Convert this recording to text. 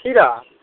खीरा